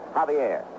Javier